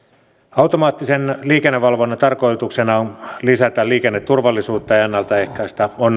automaattisen liikennevalvonnan tarkoituksena on lisätä liikenneturvallisuutta ja ennaltaehkäistä